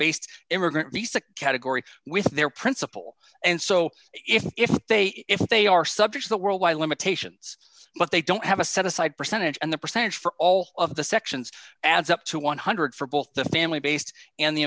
based immigrant risa category with their principal and so if they if they are subject the world by limitations but they don't have a set aside percentage and the percentage for all of the sections adds up to one hundred for both the family based and the